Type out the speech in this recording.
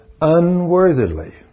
unworthily